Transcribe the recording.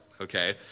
okay